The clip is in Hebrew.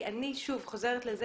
אני שוב חוזרת ואומרת